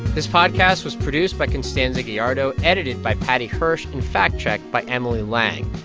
this podcast was produced by constanza gallardo, edited by paddy hirsch and fact-checked by emily lang.